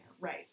right